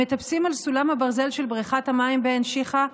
הם מטפסים על סולם הברזל של בריכת המים בעין שיכה,